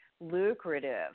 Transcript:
lucrative